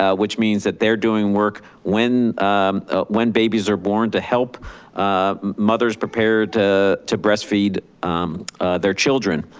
ah which means that they're doing work when ah when babies are born to help mothers prepare to to breastfeed their children.